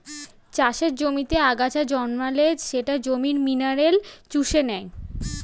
চাষের জমিতে আগাছা জন্মালে সেটা জমির মিনারেল চুষে নেয়